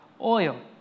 oil